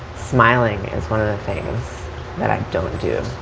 smiling is one of the things that i don't do